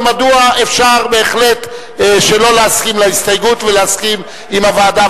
ומדוע אפשר בהחלט שלא להסכים להסתייגות ולהסכים עם הוועדה.